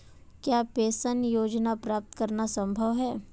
क्या पेंशन योजना प्राप्त करना संभव है?